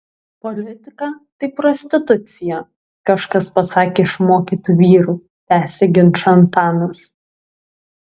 politika tai prostitucija kažkas pasakė iš mokytų vyrų tęsia ginčą antanas